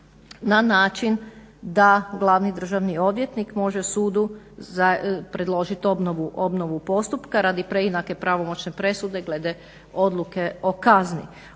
na način da glavni državni odvjetnik može sudu predložiti obnovu postupka radi preinake pravomoćne presude glede odluke o kazni.